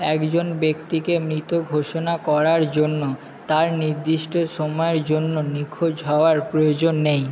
একজন ব্যক্তিকে মৃত ঘোষণা করার জন্য তার নির্দিষ্ট সময়ের জন্য নিখোঁজ হওয়ার প্রয়োজন নেই